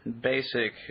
basic